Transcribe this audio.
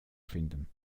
finden